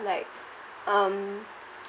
like um